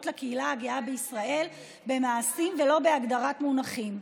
לקהילה הגאה בישראל במעשים ולא בהגדרת מונחים.